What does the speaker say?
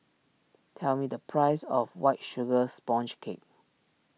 tell me the price of White Sugar Sponge Cake